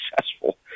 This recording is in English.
successful